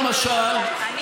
למשל,